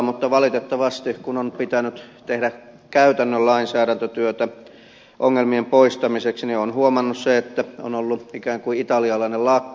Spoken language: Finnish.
mutta valitettavasti kun on pitänyt tehdä käytännön lainsäädäntötyötä ongelmien poistamiseksi olen huomannut sen että on ollut ikään kuin italialainen lakko